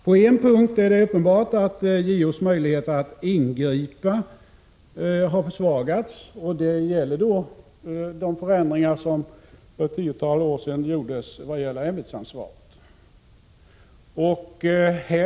På en punkt är det uppenbart att JO:s möjligheter att ingripa har försvagats, nämligen med anledning av de förändringar som för ett tiotal år sedan genomfördes vad gällde ämbetsansvaret.